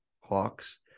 Hawks